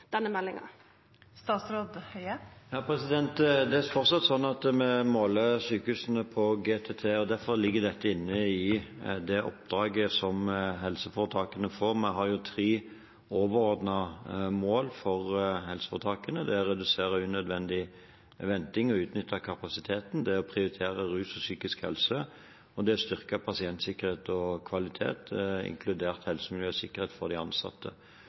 denne meldinga. Det er fortsatt sånn at vi måler sykehusene på GTT, og derfor ligger dette inne i det oppdraget som helseforetakene får. Vi har tre overordnede mål for helseforetakene. Det er å redusere unødvendig venting og å utnytte kapasiteten, det er å prioritere rus og psykisk helse, og det er å styrke pasientsikkerhet og kvalitet, inkludert helse, miljø og sikkerhet for de ansatte.